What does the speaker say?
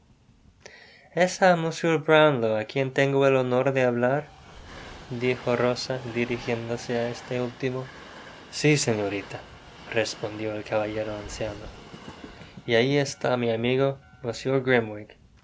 brownlow á quien tengo el honor de hablar dijo rosa dirijióndose á este último si señorita respondió e caballero anciano y ahi está mi amigo